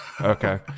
Okay